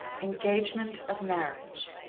engagement of marriage